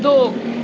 ਦੋ